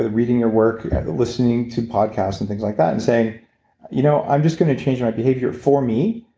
ah reading your work. listening to podcasts and things like that and saying you know i'm just going to change my behavior for me,